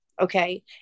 Okay